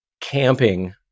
camping